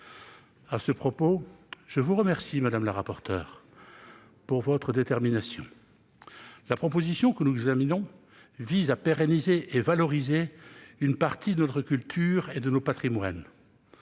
À ce propos, je vous remercie, madame la rapporteure, de votre détermination. La proposition de loi que nous examinons vise à pérenniser et valoriser une partie de notre culture et de nos patrimoines.